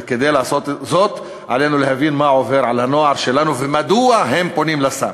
וכדי לעשות זאת עלינו להבין מה עובר על הנוער שלנו ומדוע הם פונים לסם.